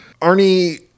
Arnie